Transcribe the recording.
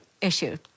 issue